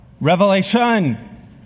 revelation